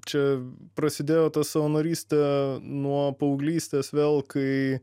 čia prasidėjo ta savanorystė nuo paauglystės vėl kai